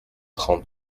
trente